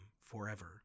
forever